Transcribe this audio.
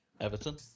Everton